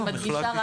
אני מדגישה.